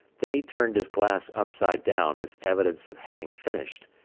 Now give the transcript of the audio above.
then he turned his glass upside down as evidence of having finished,